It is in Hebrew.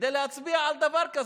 כדי להצביע על דבר כזה.